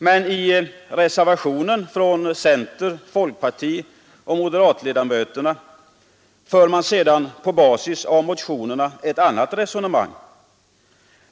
Men i reservationen från center-, folkpartioch moderatledamöterna för man sedan — på basis av motionerna — ett annat resonemang.